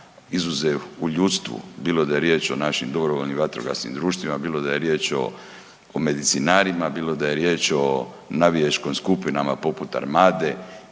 izuzev u ljudstvu, bilo da je riječ o našim dobrovoljnim vatrogasnim društvima, bilo da je riječ o medicinarima, bilo da je riječ o navijačkim skupinama poput Armade